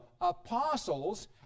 apostles